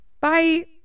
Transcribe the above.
Bye